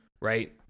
right